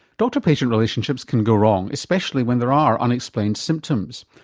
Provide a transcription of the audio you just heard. doctor patient relationships can go wrong, especially when there are unexplained symptoms.